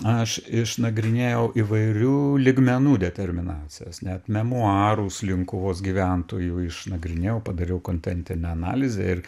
aš išnagrinėjau įvairių lygmenų determinacijas net memuarus linkuvos gyventojų išnagrinėjau padariau kontentinę analizę ir